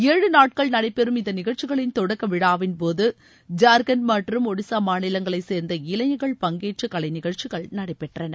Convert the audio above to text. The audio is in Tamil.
ஏழு நாட்கள் நடைபெறும் இந்தநிகழ்ச்சிகளின் தொடக்கவிழாவின்போது ஜார்கண்ட் மற்றும் ஒடிசாமாநிலங்களைச் சேர்ந்த இளைஞர்கள் பங்கேற்றகலைநிகழ்ச்சிகள் நடைபெற்றன